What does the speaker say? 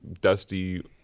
dusty